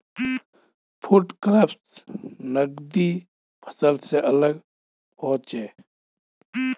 food crops नगदी फसल से अलग होचे